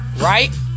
Right